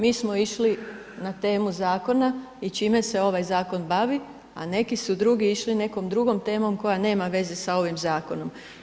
Mi smo išli na temu zakona i čime se ovaj zakon bavi, a neki su drugi išli nekom drugom temom koja nema veze sa ovim zakonom.